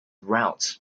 rout